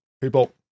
People